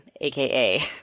aka